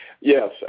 Yes